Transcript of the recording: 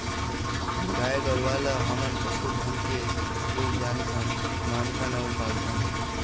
गाय गरूवा ल हमन पशु धन के रुप जानथन, मानथन अउ पालथन